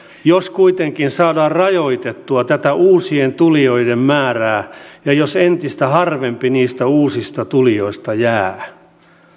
jos kuitenkin saadaan rajoitettua tätä uusien tulijoiden määrää ja jos entistä harvempi niistä uusista tulijoista jää